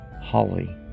Holly